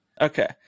Okay